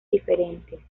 diferentes